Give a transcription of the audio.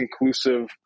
inclusive